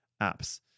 apps